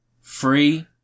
free